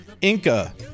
Inca